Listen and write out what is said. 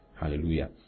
Hallelujah